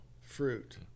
fruit